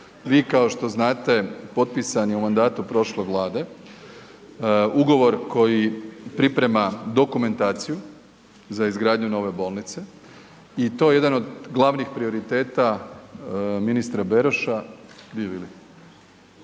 Vi kao što znate potpisan je u mandatu prošle Vlade ugovor koji priprema dokumentaciju za izgradnju Nove bolnice i to je jedan od glavnih prioriteta ministra Beroša,